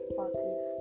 parties